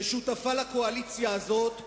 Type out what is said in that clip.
ששותפה לקואליציה הזאת,